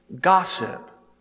gossip